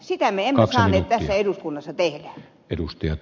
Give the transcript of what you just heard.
sitä me emme saaneet tässä eduskunnassa tehdä